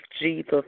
Jesus